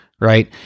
right